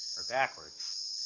or backwards